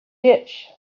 ditch